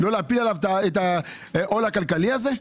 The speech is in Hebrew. לא להפיל עליו את העול הכלכלי הזה.